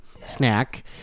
snack